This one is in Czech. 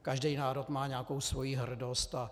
Každý národ má nějakou svoji hrdost.